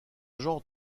genre